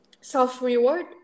Self-reward